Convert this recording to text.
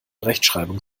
rechtschreibung